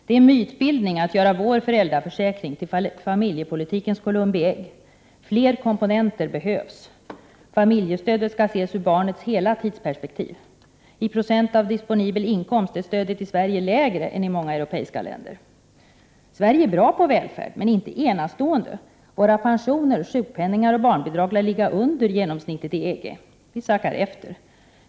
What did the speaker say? Det är mytbildning att göra vår föräldraförsäkring till familjepolitikens Columbi ägg. Fler komponenter behövs, och familjestödet skall ses till barnets hela tidsperspektiv. Räknat i procent av disponibel inkomst är stödet i Sverige lägre än i många andra europeiska länder. Sverige är bra på välfärd, men inte enastående. Våra pensioner, sjukpenningar och barnbidrag lär ligga under genomsnittet i EG. Vi sackar efter.